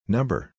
Number